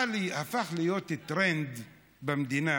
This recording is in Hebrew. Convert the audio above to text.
הפך להיות לטרנד במדינה